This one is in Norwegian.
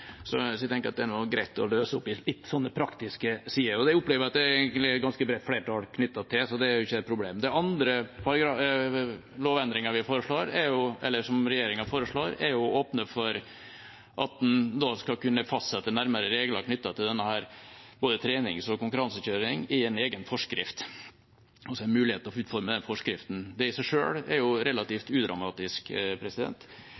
Så jeg tenker at det nok er greit å løse litt opp i slike praktiske sider. Det opplever jeg at det er ganske bredt flertall for, så det er ikke et problem. Den andre lovendringen regjeringa foreslår, er å åpne for at man skal kunne fastsette nærmere regler knyttet til både trenings- og konkurransekjøring i en egen forskrift, og da en mulighet til å utforme den forskriften. Det i seg selv er